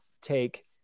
take